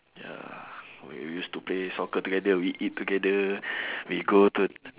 ya we used to play soccer together we eat together we go to